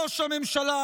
ראש הממשלה,